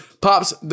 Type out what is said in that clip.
Pops